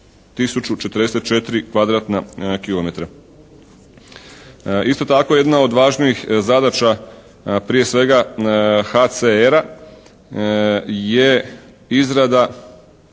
kilometra. Isto tako jedna od važnijih zadaća prije svega HCR-a je izrada